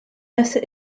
lesser